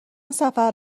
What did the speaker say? سفر